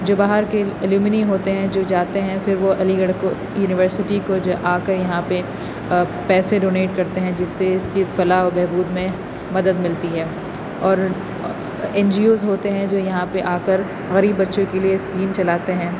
جو باہر کے الومنی ہوتے ہیں جو جاتے ہیں پھر وہ علی گڑھ کو یونیورسٹی کو آ کے یہاں پہ پیسے ڈونیٹ کرتے ہیں جس سے اس کی فلاح و بہبود میں مدد ملتی ہے اور این جی اوز ہوتے ہیں جو یہاں پہ آ کر غریب بچوں کے لیے اسکیم چلاتے ہیں